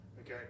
Okay